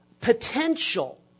potential